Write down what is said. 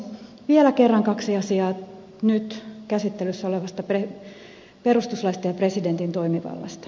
vielä kerran kaksi asiaa nyt käsittelyssä olevasta perustuslaista ja presidentin toimivallasta